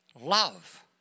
Love